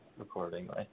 accordingly